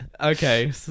Okay